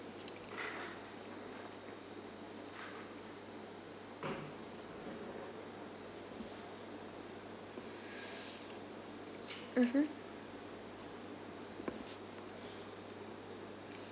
mmhmm